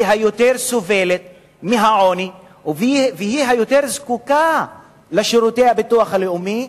שיותר סובלת מעוני והיא שיותר זקוקה לשירותי הביטוח הלאומי,